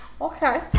Okay